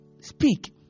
Speak